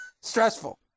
Stressful